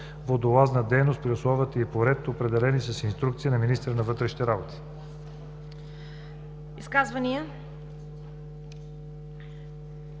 водолазна дейност при условия и по ред, определени с инструкция на министъра на вътрешните работи.“